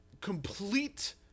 complete